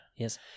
Yes